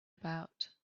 about